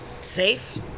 Safe